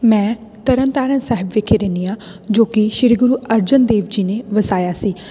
ਮੈਂ ਤਰਨ ਤਾਰਨ ਸਾਹਿਬ ਵਿਖੇ ਰਹਿੰਦੀ ਹਾਂ ਜੋ ਕਿ ਸ਼੍ਰੀ ਗੁਰੂ ਅਰਜਨ ਦੇਵ ਜੀ ਨੇ ਵਸਾਇਆ ਸੀ